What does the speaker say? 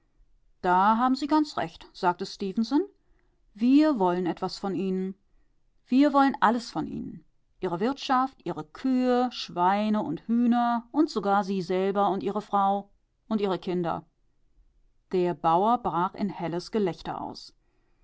da haben sie ganz recht sagte stefenson wir wollen etwas von ihnen wir wollen alles von ihnen ihre wirtschaft ihre kühe schweine und hühner und sogar sie selber und ihre frau und ihre kinder der bauer brach in helles gelächter aus